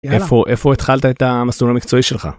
איפה, איפה התחלת את המסלול המקצועי שלך?